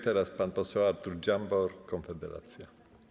Teraz pan poseł Artur Dziambor, Konfederacja.